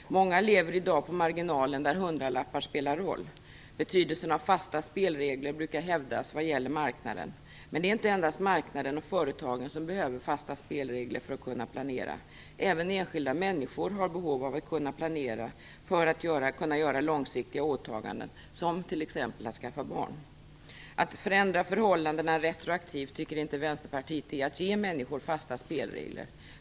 Många lever i dag på marginalen där hundralappar spelar en roll. Betydelsen av fasta spelregler brukar hävdas vad gäller marknaden. Men det är inte endast marknaden och företagen som behöver fasta spelregler för att kunna planera. Även enskilda människor har behov av att kunna planera för att kunna göra långsiktiga åtaganden, som t.ex. att skaffa barn. Att förändra förhållanden retroaktivt tycker inte Vänsterpartiet är att ge människor fasta spelregler.